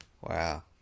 Wow